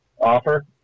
offer